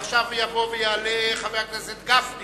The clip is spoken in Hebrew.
עכשיו יבוא ויעלה חבר הכנסת משה גפני